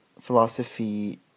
philosophy